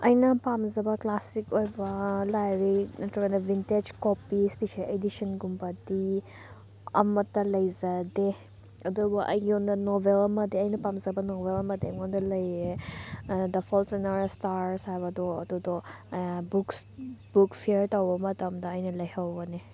ꯑꯩꯅ ꯄꯥꯝꯖꯕ ꯀ꯭ꯂꯥꯁꯤꯛ ꯑꯣꯏꯕ ꯂꯥꯏꯔꯤꯛ ꯅꯠꯇ꯭ꯔꯒꯅ ꯚꯤꯟꯇꯦꯖ ꯀꯣꯄꯤꯁ ꯄꯤꯁꯦ ꯑꯦꯗꯤꯁꯟ ꯒꯨꯝꯕꯗꯤ ꯑꯃꯠꯇ ꯂꯩꯖꯗꯦ ꯑꯗꯨꯕꯨ ꯑꯩꯉꯣꯟꯗ ꯅꯣꯕꯦꯜ ꯑꯃꯗꯤ ꯑꯩꯅ ꯄꯥꯝꯖꯕ ꯅꯣꯕꯦꯜ ꯑꯃꯗꯤ ꯑꯩꯉꯣꯟꯗ ꯂꯩꯌꯦ the fault in our stars ꯍꯥꯏꯕꯗꯣ ꯑꯗꯨꯗꯣ ꯕꯨꯛꯁ ꯕꯨꯛ ꯐꯤꯌꯥꯔ ꯇꯧꯕ ꯃꯇꯝꯗ ꯑꯩꯅ ꯂꯩꯍꯧꯕꯅꯤ